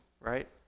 right